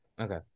okay